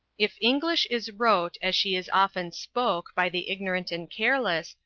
if english is wrote as she is often spoke by the ignorant and careless,